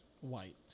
white